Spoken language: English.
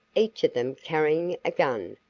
each of them carrying a gun,